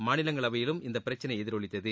மாநிலங்களவையிலும் இந்த பிரச்சினை எதிரொலித்தது